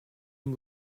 and